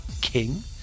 king